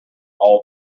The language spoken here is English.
all